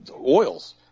oils